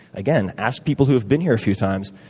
again, ask people who have been here a few times,